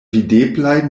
videblaj